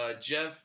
Jeff